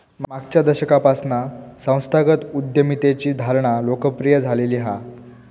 मागच्या दशकापासना संस्थागत उद्यमितेची धारणा लोकप्रिय झालेली हा